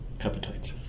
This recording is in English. appetites